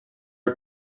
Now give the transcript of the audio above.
are